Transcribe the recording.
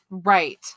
Right